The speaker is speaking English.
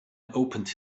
opened